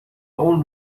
اون